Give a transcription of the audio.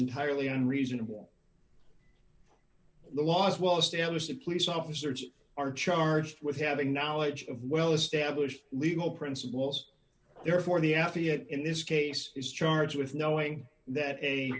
entirely on reason and warm laws well established of police officers are charged with having knowledge of well established legal principles therefore the f b i in this case is charged with knowing that a